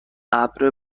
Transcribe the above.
ابر